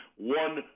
one